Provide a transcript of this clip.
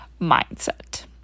mindset